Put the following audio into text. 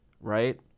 right